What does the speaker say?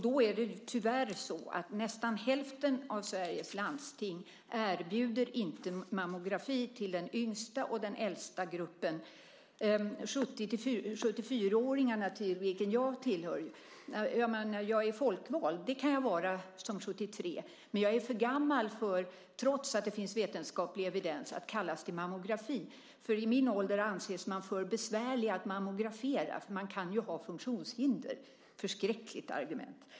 Då är det tyvärr så att nästan hälften av Sveriges landsting inte erbjuder mammografi till den yngsta och den äldsta gruppen, 70-74-åringarna, vilken grupp jag tillhör. Jag är folkvald, och det kan jag vara vid 73 men jag är för gammal, trots att det finns vetenskaplig evidens, för att kallas till mammografi. I min ålder anses man för besvärlig att mammograferas. Man kan ju ha funktionshinder - förskräckligt argument!